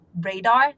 radar